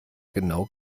genau